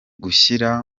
gushyira